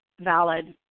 valid